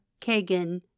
Kagan